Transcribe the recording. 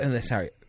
Sorry